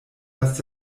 dass